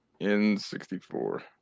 N64